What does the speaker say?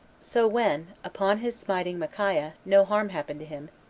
so when, upon his smiting micaiah, no harm happened to him,